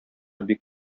бик